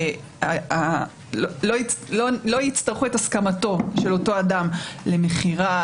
לא יצטרכו את הסכמתו של אותו אדם למכירה,